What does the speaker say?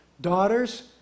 daughters